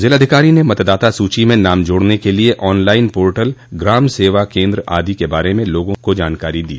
जिलाधिकारी ने मतदाता सूची में नाम जोड़ने के लिए ऑन लाइन पोर्टल ग्राम सेवा केन्द्र आदि के बारे में लोगों को जानकारी दी